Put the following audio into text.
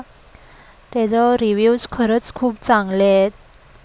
एकवीस दोनशे पाचशे